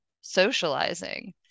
socializing